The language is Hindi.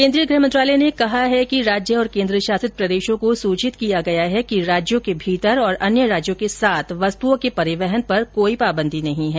केन्द्रीय गृह मंत्रालय ने कहा है कि राज्य और केन्द्र शासित प्रदेशों को सूचित किया गया है कि राज्य के भीतर और अन्य राज्यों के साथ वस्तुओं के परिवहन पर कोई पाबंन्दी नहीं है